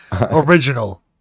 Original